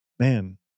Man